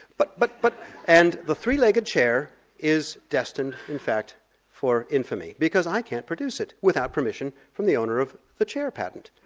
but, but, but and the three-legged chair is destined in fact for infamy because i can't produce it without permission from the owner of the chair patent.